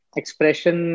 expression